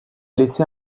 laissé